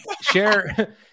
share